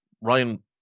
Ryan